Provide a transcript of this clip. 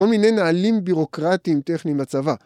כל מיני נהלים בירוקרטיים טכנים לצבא